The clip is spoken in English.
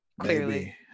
clearly